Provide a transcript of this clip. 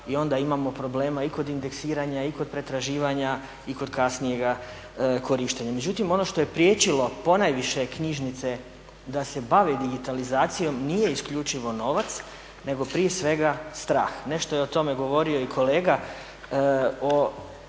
i onda imamo problema i kod indeksiranja i kod pretraživanja i kod kasnijega korištenja. Međutim, ono što je priječilo ponajviše knjižnice da se bave digitalizacijom nije isključivo novac nego prije svega strah. Nešto je o tome govorio i kolega o